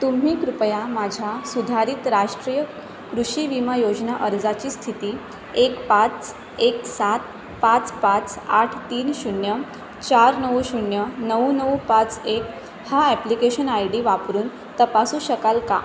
तुम्ही कृपया माझ्या सुधारित राष्ट्रीय कृषी विमा योजना अर्जाची स्थिती एक पाच एक सात पाच पाच आठ तीन शून्य चार नऊ शून्य नऊ नऊ पाच एक हा ॲप्लिकेशन आय डी वापरून तपासू शकाल का